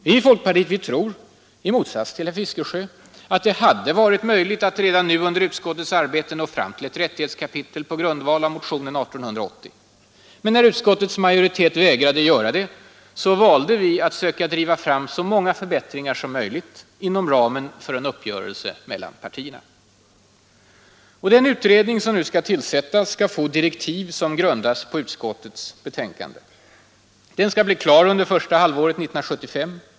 Vi i folkpartiet tror i motsats till herr Fiskesjö att det hade varit möjligt att redan nu under utskottets arbete nå fram till ett rättighetskapitel på grundval av motionen 1880. Men när utskottets majoritet vägrade göra det valde vi att söka driva fram så många förbättringar som möjligt inom ramen för en uppgörelse mellan partierna. Den utredning, som nu skall tillsättas, skall få direktiv som grundas på utskottets betänkande. Den skall bli klar under första halvåret 1975.